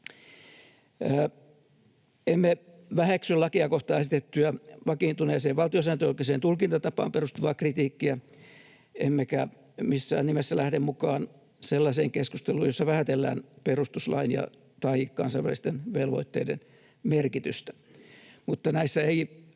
Emme väheksy lakia kohtaan esitettyä vakiintuneeseen valtiosääntöoikeuden tulkintatapaan perustuvaa kritiikkiä, emmekä missään nimessä lähde mukaan sellaiseen keskusteluun, jossa vähätellään perustuslain tai kansainvälisten velvoitteiden merkitystä. Mutta näissä